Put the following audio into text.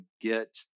get